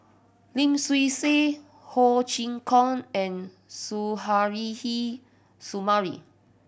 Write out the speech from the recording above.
Lim Swee Say Ho Chee Kong and Suzairhe Sumari